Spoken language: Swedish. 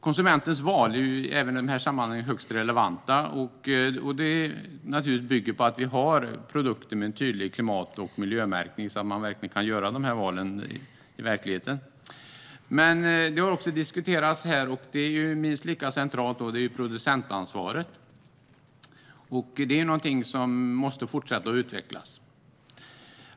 Konsumentens val är även i det här sammanhanget högst relevant och bygger naturligtvis på att vi har produkter med tydlig klimat och miljömärkning så att man verkligen kan göra rätt val. Minst lika centralt är producentansvaret, som måste fortsätta att utvecklas.